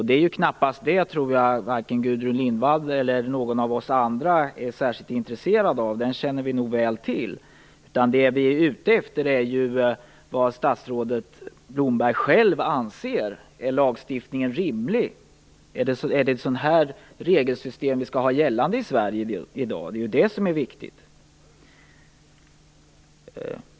Det är knappast den som Gudrun Lindvall eller vi andra är intresserade av. Den känner vi väl till. Det vi är ute efter är vad statsrådet Leif Blomberg själv anser. Är lagstiftningen rimlig? Är det ett sådant här regelsystem som skall gälla i Sverige i dag? Det är det som är viktigt.